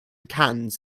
cans